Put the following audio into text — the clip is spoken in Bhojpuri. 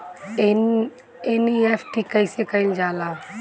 एन.ई.एफ.टी कइसे कइल जाला?